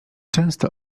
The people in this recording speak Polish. często